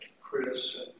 Chris